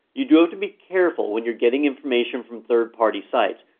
you do have to be careful when you're getting information from third party sites.